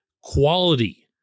quality